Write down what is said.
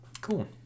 cool